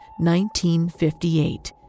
1958